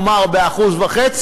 נאמר ב-1.5%,